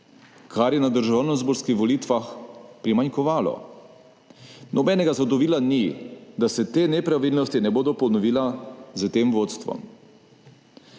kar je na državnozborskih volitvah primanjkovalo. Nobenega zagotovila ni, da se te nepravilnosti ne bodo ponovile s tem vodstvom.